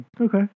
Okay